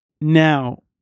Now